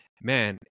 man